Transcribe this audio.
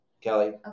Kelly